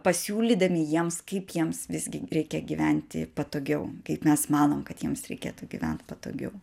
pasiūlydami jiems kaip jiems visgi reikia gyventi patogiau kaip mes manom kad jiems reikėtų gyvent patogiau